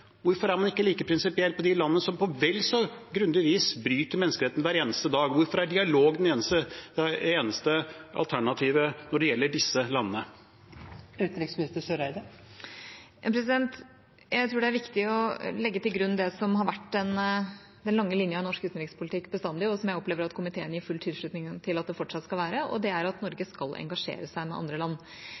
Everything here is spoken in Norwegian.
Hvorfor er man ikke like prinsipiell overfor de landene som på vel så grundig vis bryter menneskerettighetene hver eneste dag? Hvorfor er dialog det eneste alternativet når det gjelder disse landene? Jeg tror det er viktig å legge til grunn det som har vært den lange linja i norsk utenrikspolitikk bestandig, og som jeg opplever at komiteen gir full tilslutning til fortsatt skal være det, og det er at Norge skal engasjere seg sammen med andre land.